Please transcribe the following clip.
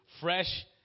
fresh